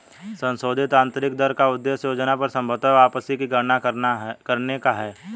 संशोधित आंतरिक दर का उद्देश्य योजना पर संभवत वापसी की गणना करने का है